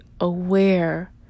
aware